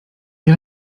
nie